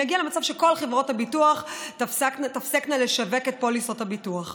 נגיע למצב שכל חברות הביטוח תפסקנה לשווק את פוליסות הביטוח הסיעודיות.